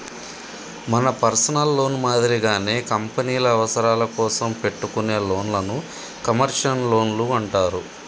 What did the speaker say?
మన personal loan మాదిరిగానే కంపెనీల అవసరాల కోసం పెట్టుకునే లోన్లను కమర్షియల్ లోన్లు అంటారు